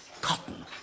Cotton